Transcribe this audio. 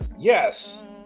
Yes